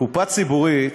קופה ציבורית,